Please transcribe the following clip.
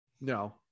No